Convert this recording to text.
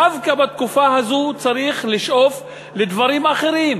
דווקא בתקופה הזאת צריך לשאוף לדברים אחרים.